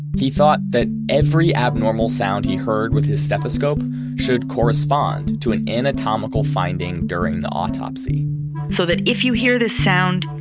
he thought that every abnormal sound he heard with his stethoscope should correspond to an anatomical finding during the autopsy so that if you hear this sound,